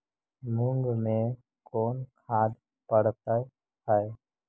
मुंग मे कोन खाद पड़तै है?